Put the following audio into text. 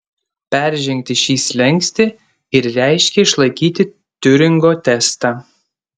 peržengti šį slenkstį ir reiškė išlaikyti tiuringo testą